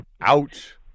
Ouch